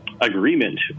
Agreement